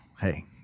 hey